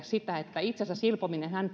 sitä että itse asiassa silpominenhan